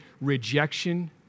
rejection